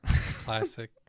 classic